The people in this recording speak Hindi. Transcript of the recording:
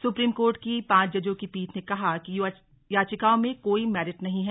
सुप्रीम कोर्ट की पांच जजों की पीठ ने कहा कि याचिकाओं में कोई मेरिट नहीं है